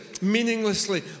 meaninglessly